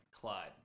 Clyde